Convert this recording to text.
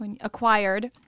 Acquired